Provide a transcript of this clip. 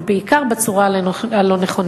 ובעיקר בצורה הלא-נכונה.